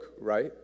right